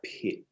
pit